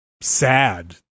sad